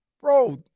Bro